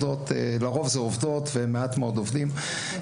לרוב אלה עובדות, ומעט מאוד עובדים.